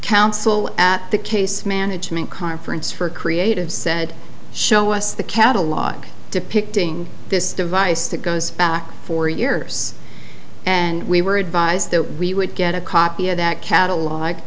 counsel at the case management conference for creative said show us the catalog depicting this device that goes back four years and we were advised that we would get a copy of that catalog